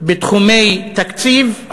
בתחומי תקציב,